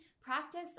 Practice